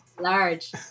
large